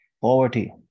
Poverty